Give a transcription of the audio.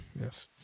Yes